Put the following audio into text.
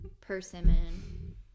Persimmon